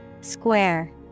Square